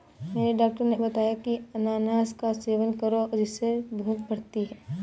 मेरे डॉक्टर ने बताया की अनानास का सेवन करो जिससे भूख बढ़ती है